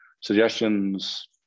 suggestions